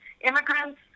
Immigrants